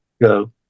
Go